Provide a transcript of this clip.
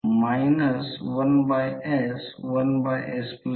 तर फ्लक्स या मार्गाने बाहेर येत आहे हे इलेक्ट्रिक सर्किटशी साधर्म्य आहे